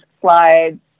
slides